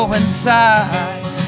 inside